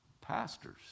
pastors